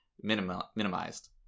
minimized